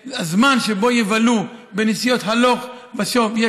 כדי שהזמן שבו יבלו בנסיעות הלוך ושוב יהיה